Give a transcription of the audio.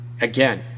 Again